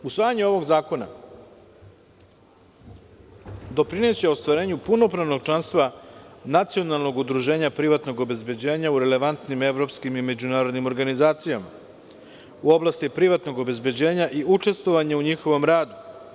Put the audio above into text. Usvajanje ovog zakona doprineće ostvarenju punopravnog članstva nacionalnog udruženja privatnog obezbeđenja u relevantnim evropskim i međunarodnim organizacijama, u oblasti privatnog obezbeđenja i učestvovanja u njihovom radu.